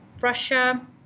Russia